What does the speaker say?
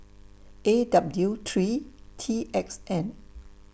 A W three T X N